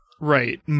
Right